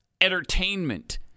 entertainment